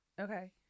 okay